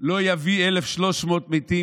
לא יביא 1,300 מתים,